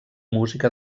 música